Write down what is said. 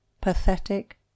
pathetic